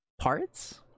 parts